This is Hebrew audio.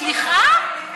סליחה?